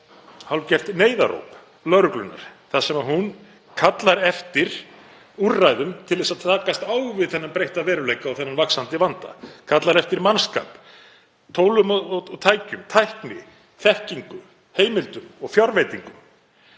hálfgert neyðaróp lögreglunnar þar sem hún kallar eftir úrræðum til að takast á við þennan breytta veruleika og þennan vaxandi vanda, kallar eftir mannskap, tólum og tækjum, tækni, þekkingu, heimildum og fjárveitingum.